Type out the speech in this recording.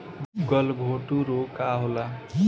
गलघोटू रोग का होला?